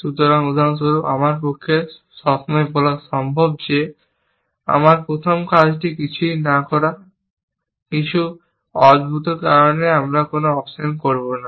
সুতরাং উদাহরণস্বরূপ আমার পক্ষে সবসময় বলা সম্ভব যে আমার প্রথম কাজটি কিছুই না করা কিছু অদ্ভুত কারণে যে আমি কোন অপশন করব না